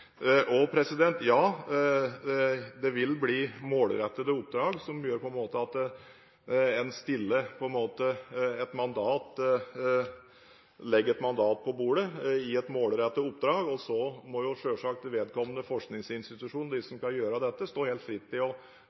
ja, det vil bli målrettede oppdrag, som gjør at en legger et mandat på bordet til et målrettet oppdrag, og så må selvsagt vedkommende forskningsinstitusjon – de som skal gjøre dette – stå helt fritt til